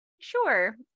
sure